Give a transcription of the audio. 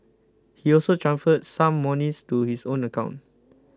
he also transferred some monies to his own account